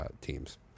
teams